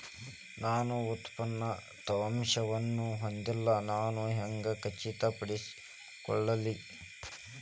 ನನ್ನ ಉತ್ಪನ್ನ ತೇವಾಂಶವನ್ನು ಹೊಂದಿಲ್ಲಾ ನಾನು ಹೆಂಗ್ ಖಚಿತಪಡಿಸಿಕೊಳ್ಳಲಿ?